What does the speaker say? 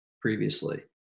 previously